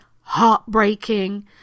heartbreaking